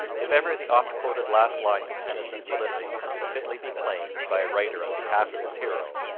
if ever the oft-quoted last lines of tennyson's ulysses could fitly be claimed by a writer on behalf of his hero,